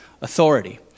authority